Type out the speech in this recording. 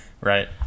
Right